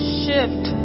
shift